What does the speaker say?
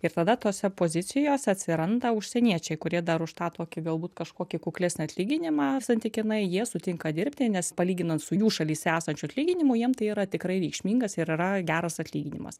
ir tada tose pozicijose atsiranda užsieniečiai kurie dar už tą tokį galbūt kažkokį kuklesnį atlyginimą santykinai jie sutinka dirbti nes palyginant su jų šalyse esančiu atlyginimu jiem tai yra tikrai reikšmingas ir yra geras atlyginimas